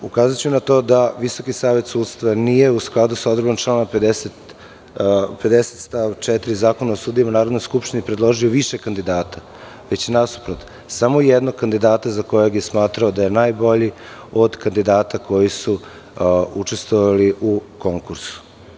Ukazaću na to da Visoki savet sudstva nije u skladu sa odredbom člana 50. stav 4. Zakona o sudijama Narodnoj skupštini predložio više kandidata, već nasuprot samo jednog kandidata za kojeg je smatrao da je najbolji, od kandidata koji su učestvovali u konkursu.